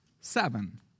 Seven